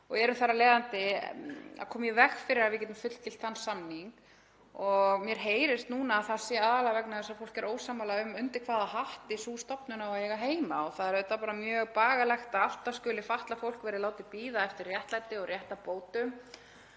og erum þar af leiðandi að koma í veg fyrir að við getum fullgilt þann samning. Mér heyrist núna að það sé aðallega vegna þess að fólk er ósammála um undir hvaða hatti sú stofnun eigi að eiga heima. Það er auðvitað mjög bagalegt að alltaf skuli fatlað fólk vera látið bíða eftir réttlæti og réttarbótum